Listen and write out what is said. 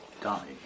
die